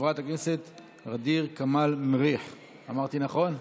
חברת הכנסת ע'דיר כמאל מריח, אמרתי נכון?